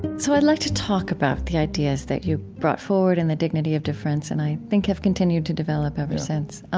so i'd like to talk about the ideas that you brought forward in the dignity of difference, and i think have continued to develop ever since.